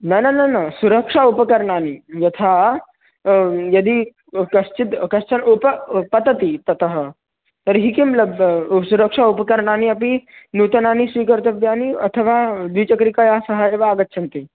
न न न न सुरक्षा उपकरणानि यथा यदि कश्चिद् कश्चन उप तदपि ततः तर्हि किं लब्धं सुरक्षा उपकरणानि अपि नूतनानि स्वीकर्तव्यानि अथवा द्विचक्रिकया सह एव आगच्छन्ति